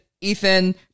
Ethan